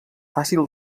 fàcil